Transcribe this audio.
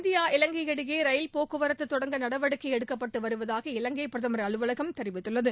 India இலங்கை இடையே rail போக்குவரத்து தொடங்க நடவடிக்கை எடுக்கப்பட்டு வருவதாக இலங்கை பிரதமர் அலுவலகம் தெரிவித்துள்ளது